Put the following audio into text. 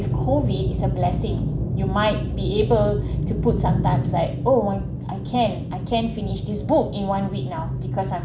COVID is a blessing you might be able to put sometimes like oh I can I can't finish this book in one week now because I'm